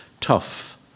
tough